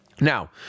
Now